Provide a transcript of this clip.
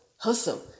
hustle